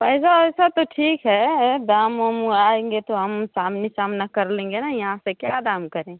पैसा वैसा त ठीक है दाम वाम उ आएंगे त हम सामने सामना कर लेंगे न यहाँ से क्या दाम करेंगे